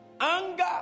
Anger